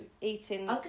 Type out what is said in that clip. Eating